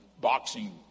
boxing